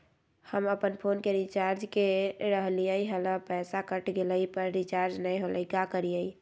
हम अपन फोन के रिचार्ज के रहलिय हल, पैसा कट गेलई, पर रिचार्ज नई होलई, का करियई?